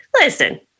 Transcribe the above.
listen